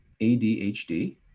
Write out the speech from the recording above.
ADHD